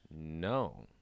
No